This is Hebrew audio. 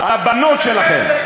על הבנות שלכם.